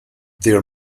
their